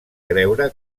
creure